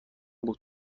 بوده